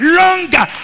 longer